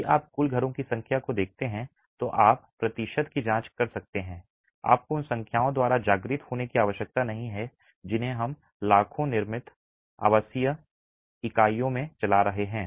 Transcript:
यदि आप कुल घरों की संख्या को देखते हैं तो आप प्रतिशत की जांच कर सकते हैं आपको उन संख्याओं द्वारा जागृत होने की आवश्यकता नहीं है जिन्हें हम लाखों निर्मित आवासीय इकाइयों में चला रहे हैं